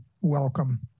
welcome